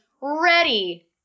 ready